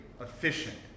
efficient